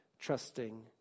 trusting